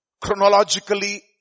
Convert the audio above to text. chronologically